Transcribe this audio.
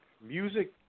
Music